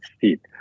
seat